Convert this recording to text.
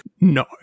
No